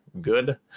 good